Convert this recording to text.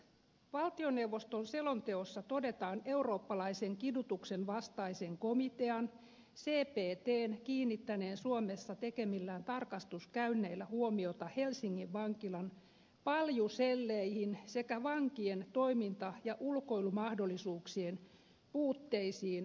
valtioneuvoston selonteossa todetaan eurooppalaisen kidutuksenvastaisen komitean cptn kiinnittäneen suomessa tekemillään tarkastuskäynneillä huomiota helsingin vankilan paljuselleihin sekä vankien toiminta ja ulkoilumahdollisuuksien puutteisiin poliisilaitoksilla